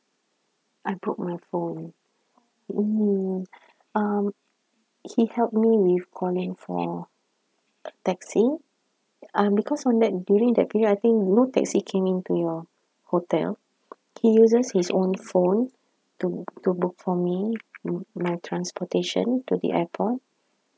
I broke my phone mm um he helped me with calling for taxing um because on that during that period I think no taxi came into your hotel he uses his own phone to to book for me my transportation to the airport